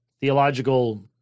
theological